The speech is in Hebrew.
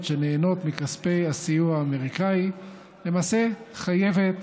שנהנות מכספי הסיוע האמריקני למעשה חייבת